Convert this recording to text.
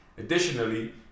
Additionally